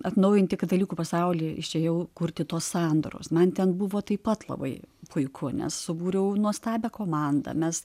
atnaujinti katalikų pasaulyje išėjau kurti tos sandoros man ten buvo taip pat labai puiku nes subūriau nuostabią komandą mes